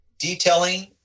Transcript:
Detailing